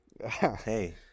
Hey